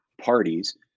parties